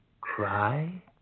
cry